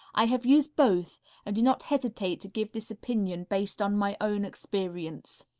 i have used both and do not hesitate to give this opinion based on my own experience.